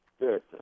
good